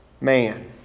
man